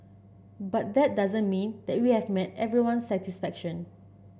but that doesn't mean that we have met everyone's satisfaction